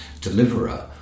deliverer